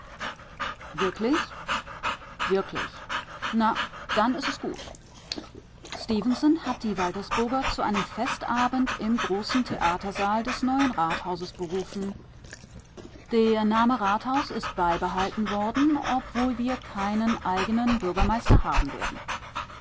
wirklich wirklich na dann ist es gut stefenson hat die waltersburger zu einem festabend im großen theatersaal des neuen rathauses berufen der name rathaus ist beibehalten worden obwohl wir keinen eigenen bürgermeister haben werden